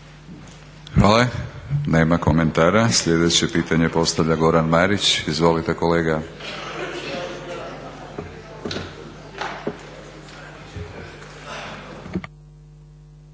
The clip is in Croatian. vama. Nemamo komentar. Sljedeće pitanje postavlja Frano Matušić. Izvolite kolega.